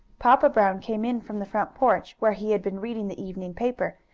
papa brown came in from the front porch, where he had been reading the evening paper,